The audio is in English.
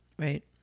Right